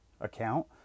account